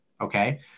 Okay